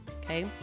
okay